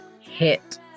hit